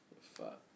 Fuck